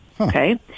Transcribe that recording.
Okay